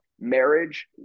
marriage